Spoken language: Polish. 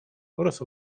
oraz